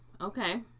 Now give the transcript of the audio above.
okay